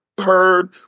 heard